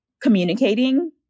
communicating